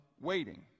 waiting